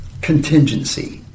contingency